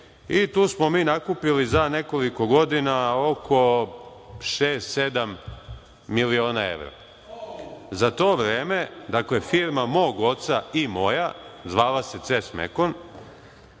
I, tu smo mi nakupili za nekoliko godina oko šest, sedam miliona evra. Za to vreme, dakle firma mog oca i moja, zvala se „Ces Mekon“,